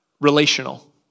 relational